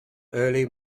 early